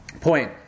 point